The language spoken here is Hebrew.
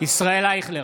ישראל אייכלר,